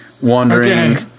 Wandering